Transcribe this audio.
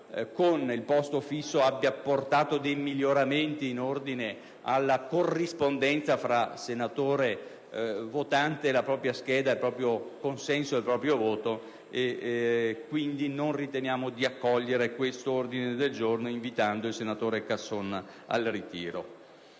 con il posto fisso abbia portato dei miglioramenti in ordine alla corrispondenza fra senatore votante e la propria scheda, il proprio consenso ed il proprio voto. Non ritenendo quindi di accogliere questo ordine del giorno, invitiamo il senatore Casson a ritirarlo.